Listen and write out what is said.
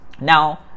Now